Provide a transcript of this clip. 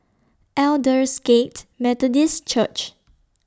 Aldersgate Methodist Church